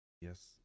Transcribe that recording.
Yes